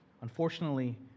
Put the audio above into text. Unfortunately